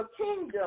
kingdom